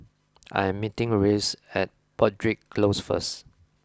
I am meeting Rhys at Broadrick Close first